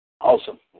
Awesome